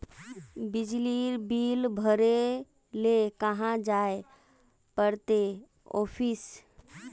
बिजली बिल भरे ले कहाँ जाय पड़ते ऑफिस?